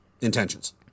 intentions